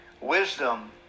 wisdom